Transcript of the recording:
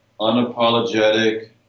unapologetic